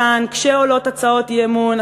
כשעולות כאן הצעות אי-אמון,